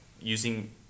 using